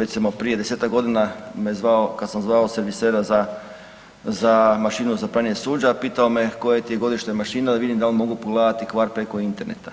Recimo prije 10-ak me zvao, kad sam zvao servisera za mašinu za pranje suđa, pitao me koje ti je godište mašina, da vidim dal vam mogu pogledati kvar preko interneta